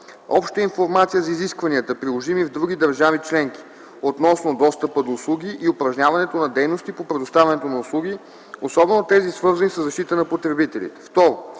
обща информация за изискванията, приложими в други държави членки, относно достъпа на услуги и упражняването на дейности по предоставянето на услуги, особено тези, свързани със защита на потребителите;